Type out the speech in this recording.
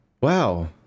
wow